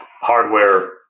hardware